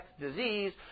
disease